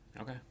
Okay